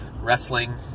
wrestling